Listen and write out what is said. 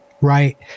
right